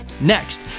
Next